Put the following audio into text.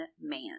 man